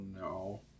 no